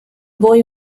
boy